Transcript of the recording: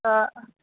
त